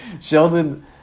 Sheldon